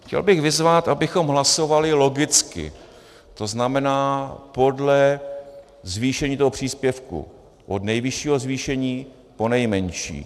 Chtěl bych vyzvat, abychom hlasovali logicky, to znamená podle zvýšení příspěvku od nejvyššího zvýšení po nejmenší.